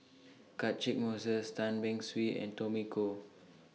Catchick Moses Tan Beng Swee and Tommy Koh